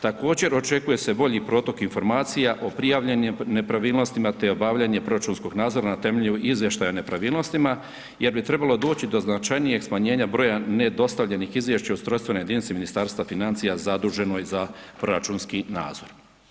Također očekuje se bolji protok informacija o prijavljenim nepravilnostima te obavljanje proračunskog nadzora na temelju izvještaja o nepravilnostima jer bi trebalo doći do značajnijeg smanjenja broja nedostavljenih izvješća ustrojstvene jedinice Ministarstva financija zaduženoj za proračunski nadzor.